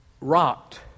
rocked